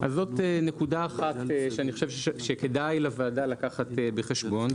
אז זאת נקודה אחת שאני חושב שכדאי לוועדה לקחת בחשבון.